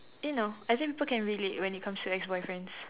you know I think people can relate when it comes to ex-boyfriends